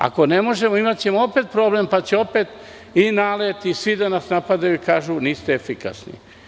Ako ne možemo, imaćemo opet problem, pa će onda i "Nalet" i svi da nas napadnu i kažu – niste efikasni.